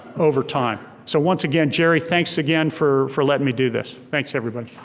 over time. so once again, jerry, thanks again for for letting me do this. thanks everybody.